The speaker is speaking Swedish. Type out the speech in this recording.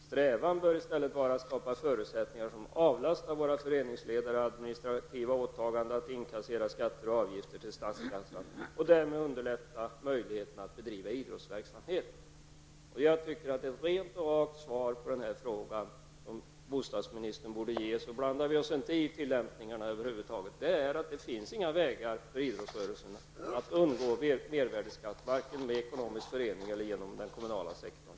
Strävan bör istället vara att skapa förutsättningar som avlastar våra föreningsledare administrativa åtaganden att inkassera skatter och avgifter till statskassan och därmed underlätta möjligheterna att bedriva idrottsverksamhet.'' Jag tycker att bostadsministern borde ge oss ett rent och rakt svar på frågan -- vi skall över huvud taget inte blanda in tillämpningarna -- nämligen att det inte finns några vägar för idrottsrörelsen att undgå mervärdeskatt, varken som ekonomisk förening eller via den kommunala sektorn.